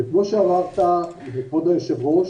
כמו שאמרת כבוד היושב ראש,